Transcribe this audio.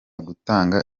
gutanga